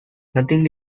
nothing